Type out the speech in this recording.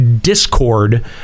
Discord